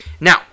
Now